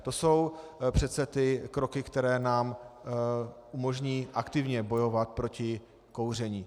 To jsou přece ty kroky, které nám umožní aktivně bojovat proti kouření.